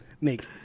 make